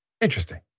Interesting